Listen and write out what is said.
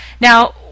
now